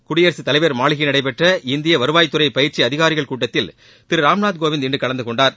குடியரசுத்தலைவர் மாளிகையில் நடைபெற்ற இந்திய வருவாய் துறை பயிற்சி அதிகாரிகள் கூட்டத்தில் திரு ராம்நாத்கோவிந்த் இன்று கலந்துகொண்டார்